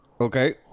Okay